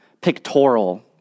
pictorial